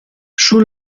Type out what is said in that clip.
sul